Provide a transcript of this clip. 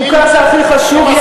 חוקה זה הכי חשוב.